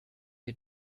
you